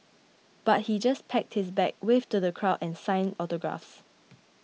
but he just packed his bag waved to the crowd and signed autographs